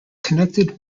connected